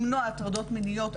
למנוע הטרדות מיניות,